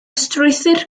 strwythur